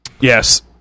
Yes